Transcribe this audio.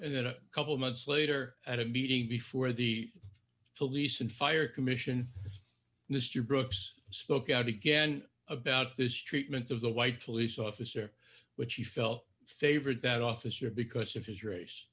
and then a couple months later at a meeting before the police and fire commission mr brooks spoke out again about this treatment of the white police officer which he felt favored that officer because of his race